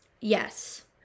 Yes